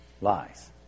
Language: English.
lies